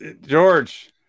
George